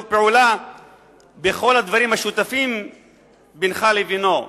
פעולה בכל הדברים המשותפים בינך לבינו.